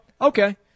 okay